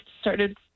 started